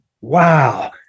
Wow